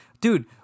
dude